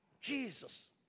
Jesus